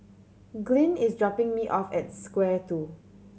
Glynn is dropping me off at Square Two